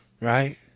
right